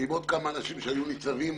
ועם עוד כמה אנשים שהיו ניצבים